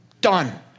Done